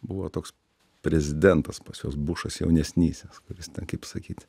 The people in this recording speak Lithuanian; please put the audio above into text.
buvo toks prezidentas pas juos bušas jaunesnysis kuris kaip sakyt